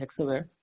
Hexaware